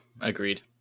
Agreed